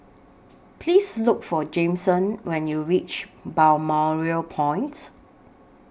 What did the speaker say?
Please Look For Jameson when YOU REACH Balmoral Point